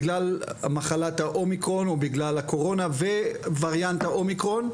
בגלל הקורונה ווריאנט האומיקרון,